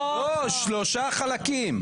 לא, שלושה חלקים.